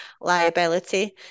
liability